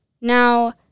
Now